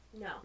No